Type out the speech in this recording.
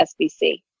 SBC